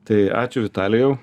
tai ačiū vitalijau